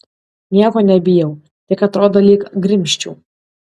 nieko nebijau tik atrodo lyg grimzčiau